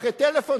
אחרי טלפון.